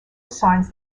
signs